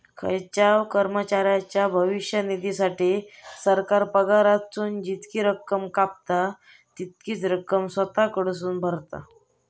खायच्याव कर्मचाऱ्याच्या भविष्य निधीसाठी, सरकार पगारातसून जितकी रक्कम कापता, तितकीच रक्कम स्वतः कडसून भरता